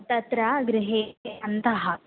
तत्र गृहे अन्तः